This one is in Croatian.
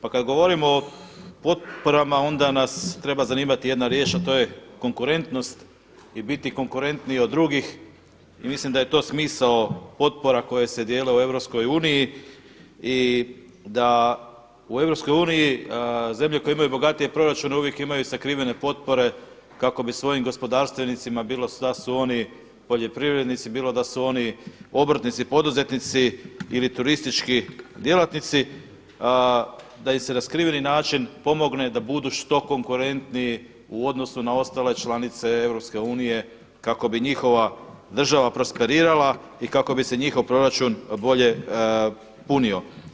Pa kada govorimo o potporama onda nas treba zanimati jedna riječ a to je konkurentnost i biti konkurentniji od drugih i mislim da je to smisao potpora koje se dijele u Europskoj uniji i da u Europskoj uniji zemlje koje imaju bogatije proračune uvijek imaju sakrivene potpore kako bi svojim gospodarstvenicima bilo da su oni poljoprivrednici, bilo da su oni obrtnici, poduzetnici ili turistički djelatnici da im se na skriveni način pomogne da budu što konkurentniji u odnosu na ostale članice EU kako bi njihova država prosperirala i kako bi se njihov proračun bolje punio.